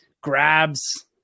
Grabs